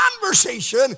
conversation